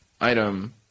item